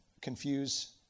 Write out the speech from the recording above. confuse